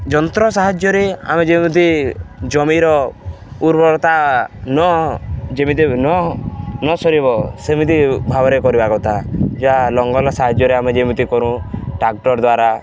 ଯନ୍ତ୍ର ସାହାଯ୍ୟରେ ଆମେ ଯେମିତି ଜମିର ଉର୍ବରତା ନ ଯେମିତି ନ ନ ସରିବ ସେମିତି ଭାବରେ କରିବା କଥା ଯାହା ଲଙ୍ଗଳ ସାହାଯ୍ୟରେ ଆମେ ଯେମିତି କରୁ ଟ୍ରାକ୍ଟର୍ ଦ୍ୱାରା